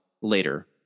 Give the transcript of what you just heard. later